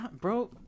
bro